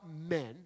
men